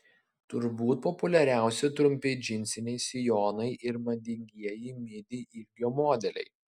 turbūt populiariausi trumpi džinsiniai sijonai ir madingieji midi ilgio modeliai